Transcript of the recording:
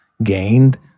gained